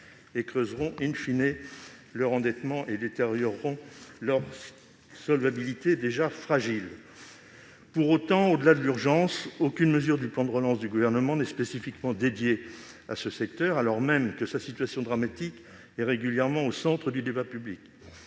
creuseront leur endettement et détérioreront leur solvabilité, déjà fragile. Au-delà des aides d'urgence, aucune mesure du plan de relance du Gouvernement n'est spécifiquement dédiée à ce secteur, alors même que sa situation dramatique est régulièrement au centre du débat public